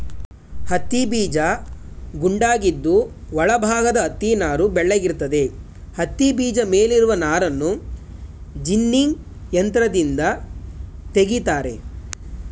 ಹತ್ತಿಬೀಜ ಗುಂಡಾಗಿದ್ದು ಒಳ ಭಾಗದ ಹತ್ತಿನಾರು ಬೆಳ್ಳಗಿರ್ತದೆ ಹತ್ತಿಬೀಜ ಮೇಲಿರುವ ನಾರನ್ನು ಜಿನ್ನಿಂಗ್ ಯಂತ್ರದಿಂದ ತೆಗಿತಾರೆ